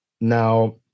now